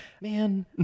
Man